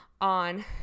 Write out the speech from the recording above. on